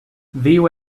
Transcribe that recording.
viu